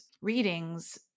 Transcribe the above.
readings